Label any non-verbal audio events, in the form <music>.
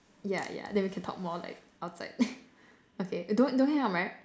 yeah yeah then we can talk more like outside <laughs> okay don't don't hang up right